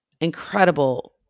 incredible